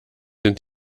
sind